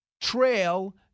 trail